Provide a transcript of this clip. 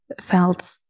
felt